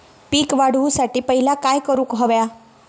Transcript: पीक वाढवुसाठी पहिला काय करूक हव्या?